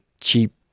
cheap